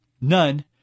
None